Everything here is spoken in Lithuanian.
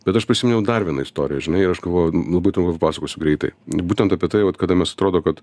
bet aš prisiminiau dar vieną istoriją ir žinai ir aš galvoju nu būtinai papasakosiu greitai būtent apie tai vat kada mes atrodo kad